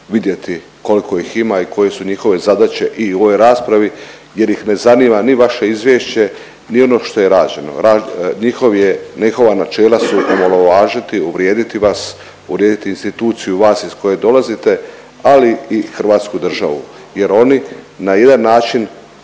vidjeti koliko ih ima i koje su njihove zadaće i u ovoj raspravi jer ih ne zanima ni vaše izvješće ni ono što je rađeno. Njihov je, njihova načela su omalovažiti, uvrijediti vas, uvrijediti instituciju vas iz koje dolazite ali i hrvatsku državu jer oni na jedan način